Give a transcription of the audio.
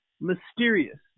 mysterious